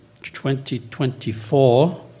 2024